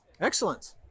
Excellent